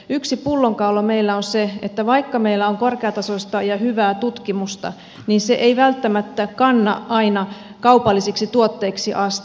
yksi pullonkaula meillä on se että vaikka meillä on korkeatasoista ja hyvää tutkimusta niin se ei välttämättä kanna aina kaupallisiksi tuotteiksi asti